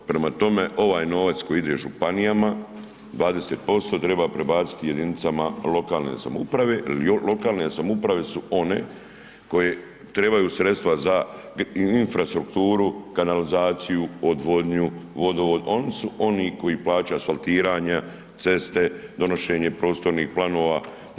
Prema tome, ovaj novac koji ide županijama 20% treba prebaciti jedinicama lokalne samouprave, jer lokalne samouprave su one koje trebaju sredstava za infrastrukturu, kanalizaciju, odvodnju, vodovod, oni su oni koji plaća asfaltiranja, ceste, donošenje prostornih planova.